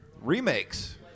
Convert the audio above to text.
remakes